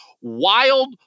wild